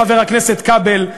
חבר הכנסת כבל,